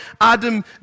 Adam